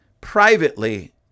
privately